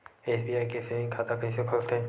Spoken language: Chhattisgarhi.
एस.बी.आई के सेविंग खाता कइसे खोलथे?